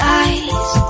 eyes